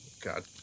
God